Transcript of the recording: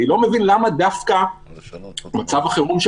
אני לא מבין למה דווקא מצב החירום של